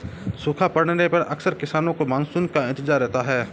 सूखा पड़ने पर अक्सर किसानों को मानसून का इंतजार रहता है